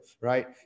Right